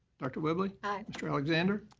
dr. whibley. aye. mr. alexander.